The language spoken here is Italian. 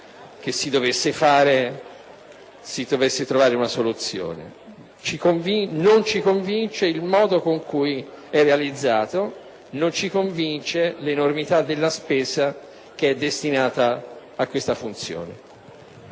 Non ci convince il modo in cui è stato pensato. Non ci convince l'enormità della spesa destinata a questa funzione.